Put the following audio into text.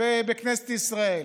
בכנסת ישראל,